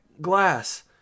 glass